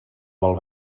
vol